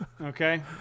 Okay